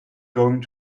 going